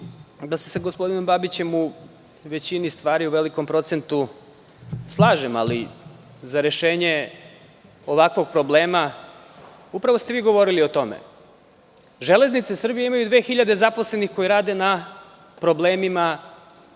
da se mi sa gospodinom Babićem u većini stvari i u velikom procentu slažemo. Ali, za rešenje ovakvog problema – upravo ste vi govorili o tome, Železnice Srbije imaju 2.000 zaposlenih koji rade na problemima